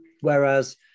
whereas